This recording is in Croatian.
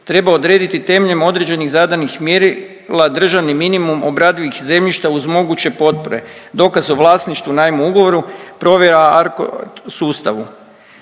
treba odrediti temeljem određenih zadanih mjerila državni minimum obradivih zemljišta uz moguće potpore, dokaz o vlasništvu najmu ugovoru, provjera ARKOS sustavu,